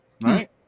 right